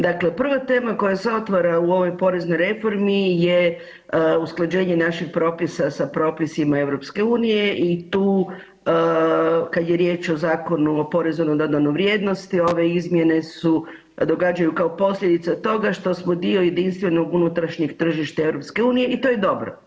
Dakle, prva tema koja se otvara u ovoj poreznoj reformi je usklađenje našeg propisa sa propisima EU, i tu kad je riječ o Zakonu o poreznu na dodanu vrijednost, ove izmjene su, događaju kao posljedica toga što smo dio jedinstvenog unutrašnjeg tržišta EU i to je dobro.